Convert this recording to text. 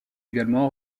également